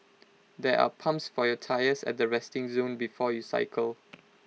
there are pumps for your tyres at the resting zone before you cycle